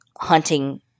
hunting